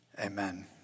Amen